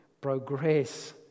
progress